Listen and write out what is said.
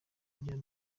bya